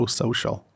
social